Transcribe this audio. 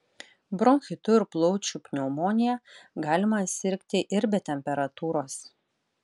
bronchitu ir plaučių pneumonija galima sirgti ir be temperatūros